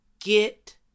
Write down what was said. get